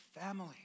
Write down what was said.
family